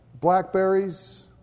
blackberries